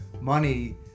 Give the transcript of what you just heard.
money